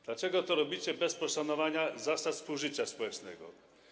Dlaczego to robicie bez poszanowania zasad współżycia społecznego?